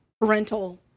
parental